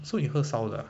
so you 喝烧的 uh